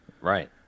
Right